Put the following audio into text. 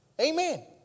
Amen